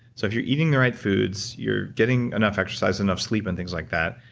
so if you're eating the right foods, you're getting enough exercise, enough sleep, and things like that,